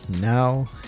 now